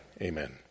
Amen